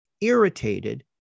irritated